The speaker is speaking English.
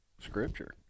scripture